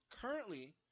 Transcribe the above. currently